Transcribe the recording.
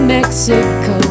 Mexico